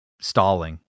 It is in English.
stalling